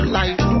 life